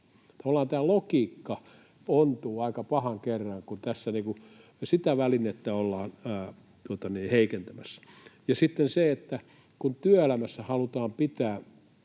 tämä logiikka ontuu aika pahan kerran, kun tässä sitä välinettä ollaan heikentämässä. Kun työelämässä halutaan pitää